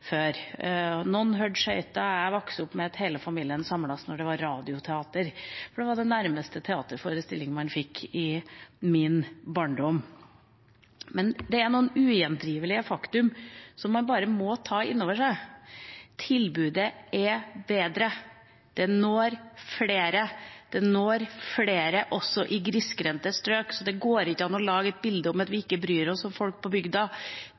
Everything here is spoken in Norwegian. jeg vokste opp med at hele familien samlet seg når det var radioteater, for det var det nærmeste man kom teaterforestilling i min barndom. Men det er noen ugjendrivelige fakta som man bare må ta inn over seg. Tilbudet er bedre, det når flere – det når flere også i grisgrendte strøk. Så det går ikke an å lage et bilde av at vi ikke bryr oss om folk på bygda.